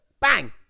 Bang